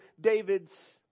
David's